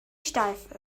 steif